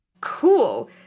cool